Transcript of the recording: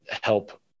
help